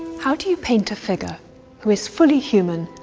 how do you paint a figure who is fully human,